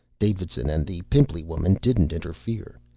davidson and the pimply woman didn't interfere.